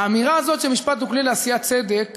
האמירה הזאת שמשפט הוא כלי לעשיית צדק